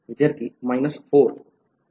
विद्यार्थी 4